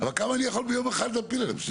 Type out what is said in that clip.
אבל כמה אני יכול ביום אחד להפיל עליהם.